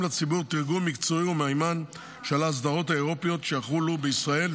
לציבור תרגום מקצועי ומהימן של האסדרות האירופיות שיחולו בישראל,